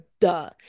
duh